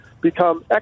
become